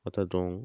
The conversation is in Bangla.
অর্থাৎ রং